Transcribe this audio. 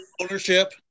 ownership